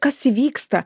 kas įvyksta